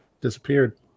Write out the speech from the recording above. disappeared